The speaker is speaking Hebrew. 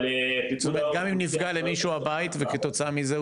אבל --- גם אם נפגע למישהו הבית וכתוצאה מזה,